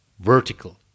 vertical